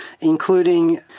including